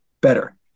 better